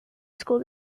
school